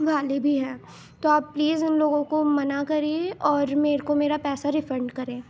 والے بھی ہیں تو آپ پلیز ان لوگوں کو منع کریے اور میرے کو میرا پیسہ ریفنڈ کریں